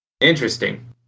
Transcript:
Interesting